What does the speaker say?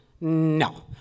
no